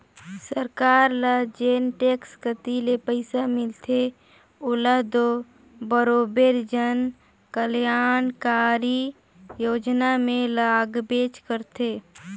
सरकार ल जेन टेक्स कती ले पइसा मिलथे ओला दो बरोबेर जन कलयानकारी योजना में लगाबेच करथे